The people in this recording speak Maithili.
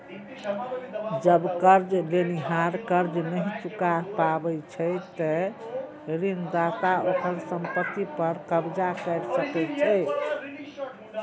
जब कर्ज लेनिहार कर्ज नहि चुका पाबै छै, ते ऋणदाता ओकर संपत्ति पर कब्जा कैर सकै छै